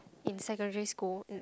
in secondary school